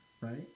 right